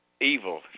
evil